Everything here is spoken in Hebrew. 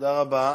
תודה רבה.